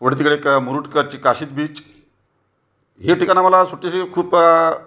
Kashid beach हे ठिकाण आम्हाला सुट्टीसाठी खूप